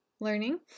learning